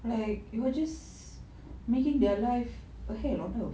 like you were just making their life a hell on earth